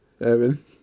Evan